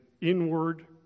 inward